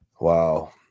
Wow